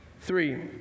Three